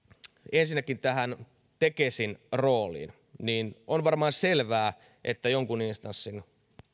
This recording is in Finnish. ensinnäkin tähän tekesin rooliin on varmaan selvää että jonkun instanssin